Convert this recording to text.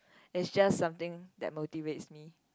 it's just something that motivates me